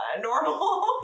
normal